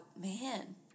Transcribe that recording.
man